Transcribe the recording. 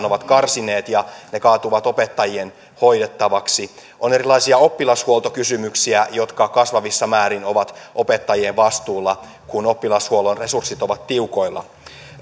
ovat karsineet ja ne kaatuvat opettajien hoidettavaksi on erilaisia oppilashuoltokysymyksiä jotka kasvavissa määrin ovat opettajien vastuulla kun oppilashuollon resurssit ovat tiukoilla